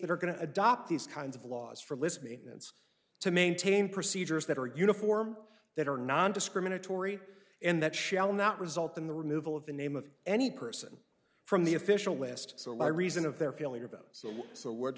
that are going to adopt these kinds of laws for list mean it's to maintain procedures that are uniform that are nondiscriminatory and that shall not result in the removal of the name of any person from the official list so why reason of their feeling about it so what